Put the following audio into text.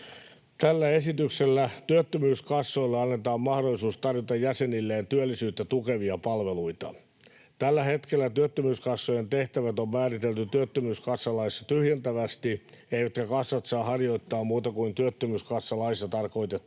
Tällä esityksellä työttömyyskassoille annetaan mahdollisuus tarjota jäsenilleen työllisyyttä tukevia palveluita. Tällä hetkellä työttömyyskassojen tehtävät on määritelty työttömyyskassalaissa tyhjentävästi, eivätkä kassat saa harjoittaa muuta kuin työttömyyskassalaissa tarkoitettua